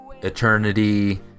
eternity